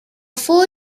four